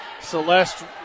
Celeste